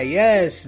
yes